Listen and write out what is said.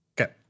Okay